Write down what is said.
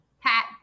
pat